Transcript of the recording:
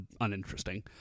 uninteresting